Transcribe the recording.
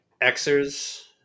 Xers